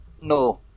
No